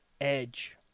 edge